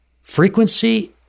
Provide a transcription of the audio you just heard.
frequency